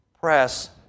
press